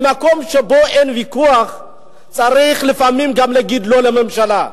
במקום שבו אין ויכוח צריך לפעמים גם להגיד לא לממשלה.